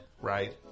right